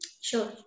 Sure